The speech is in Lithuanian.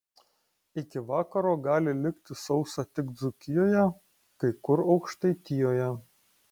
iki vakaro gali likti sausa tik dzūkijoje kai kur aukštaitijoje